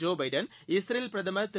Joe Biden இஸ்ரேல்பிரதமர் திரு